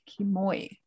kimoi